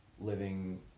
living